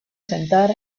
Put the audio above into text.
sentar